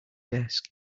desk